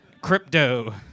crypto